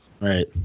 right